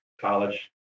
College